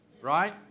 right